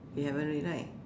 you haven't read right